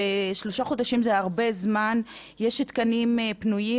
שלושה חודשים זה הרבה זמן ויש תקנים פנויים